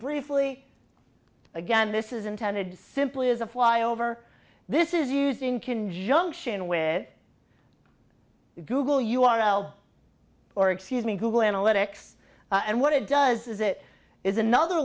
briefly again this is intended to simply is a fly over this is using conjunction with google u r l or excuse me google analytics and what it does is it is another